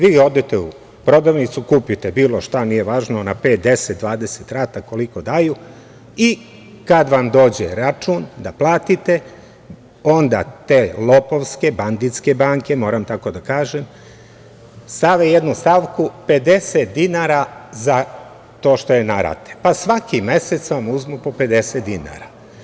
Vi odete u prodavnicu, kupite bilo šta, nije važno, na pet, 10, 20 rata, koliko daju i kad vam dođe račun da platite, onda te lopovske, banditske banke, moram tako da kažem, stave jednu stavku – 50 dinara za to što je na rate, pa vam svaki mesec uzmu po 50 dinara.